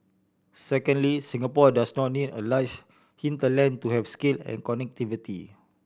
secondly Singapore does not need a large hinterland to have scale and connectivity